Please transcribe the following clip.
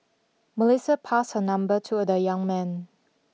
Melissa passed her number to the young man